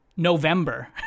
November